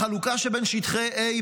בחלוקה שבין שטחי A,